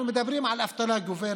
אנחנו מדברים על אבטלה גוברת,